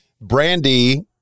brandy